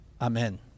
Amen